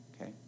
okay